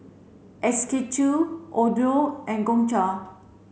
S K two Odlo and Gongcha